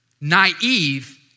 naive